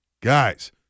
guys